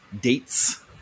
dates